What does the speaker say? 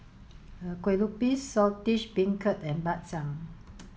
Kueh Lupis Saltish Beancurd and Bak Chang